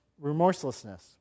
remorselessness